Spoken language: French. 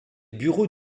bureaux